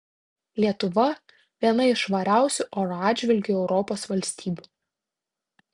lietuva viena iš švariausių oro atžvilgiu europos valstybių